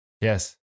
yes